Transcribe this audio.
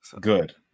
Good